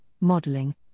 modeling